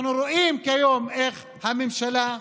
אנחנו רואים כיום איך הממשלה אדישה,